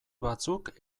batzuk